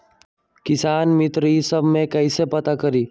किसान मित्र ई सब मे कईसे पता करी?